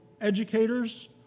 educators